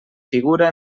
figura